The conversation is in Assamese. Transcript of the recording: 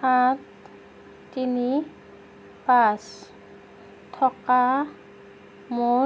সাত তিনি পাঁচ থকা মোৰ